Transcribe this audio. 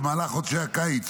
במהלך חודשי הקיץ